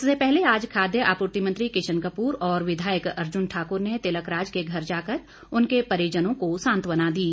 इससे पहले आज खाद्य आपूर्ति मंत्री किशन कपूर और विधायक अर्जुन ठाकुर ने तिलक राज के घर जाकर उनके परिजनों को सांत्वना दी